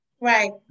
Right